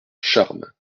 charmes